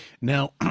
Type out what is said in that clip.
Now